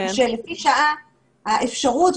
שלפי שעה האפשרות,